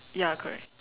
ya correct